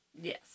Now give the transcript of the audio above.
Yes